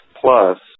Plus